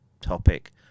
topic